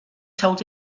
told